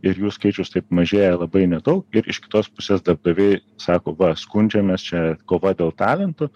ir jų skaičius taip mažėja labai nedaug ir iš kitos pusės darbdaviai sako va skundžiamės čia kova dėl talentų